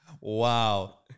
wow